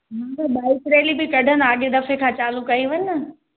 bike rally बि कॾंदा अॻे दफ़े खां चालू कई हुननि न